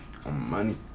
Money